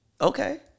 Okay